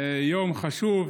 יום חשוב.